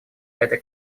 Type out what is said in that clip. этой